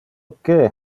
que